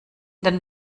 den